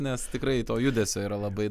nes tikrai to judesio yra labai